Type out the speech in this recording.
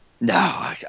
No